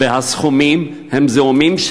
והסכומים הם זעומים,